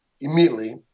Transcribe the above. immediately